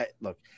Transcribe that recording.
Look